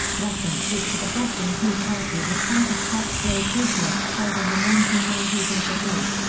references to the boston tea party were part of tax day protests held in the nineteen ninety s and before.